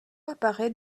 apparait